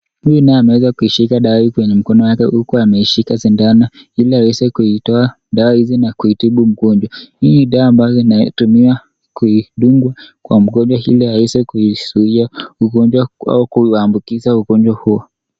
Huyu naye ameweza kuishika dawa hiyo kwenye mkono wake huku ameishika shindano; ili aweze kuitoa dawa hizi na kumtibu mgonjwa. Hii dawa ambayo inatumiwa kuidunga kwa mgonjwa ili aweze kuizuia ugonjwa au kuambukiza ugonjwa huo.